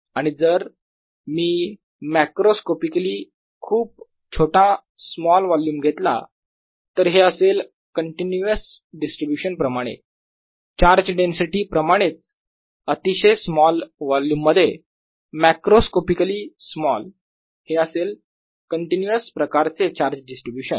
आणि जर मी मॅक्रोस्कॉपिकली खूप छोटा स्मॉल वोल्युम घेतला तर हे असेल कंटीन्यूअस डिस्ट्रीब्यूशन प्रमाणे चार्ज डेन्सिटी प्रमाणेच अतिशय स्मॉल वोल्युम मध्ये मॅक्रोस्कॉपिकली स्मॉल हे असेल कंटिन्यूस प्रकारचे चार्ज डिस्ट्रीब्यूशन